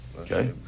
Okay